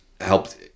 helped